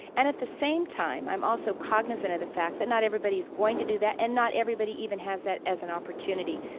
and at the same time, i'm also cognizant of the fact that not everybody's going to do that and not everybody even has that as an opportunity.